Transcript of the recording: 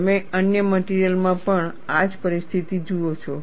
તમે અન્ય મટિરિયલ માં પણ આ જ પરિસ્થિતિ જુઓ છો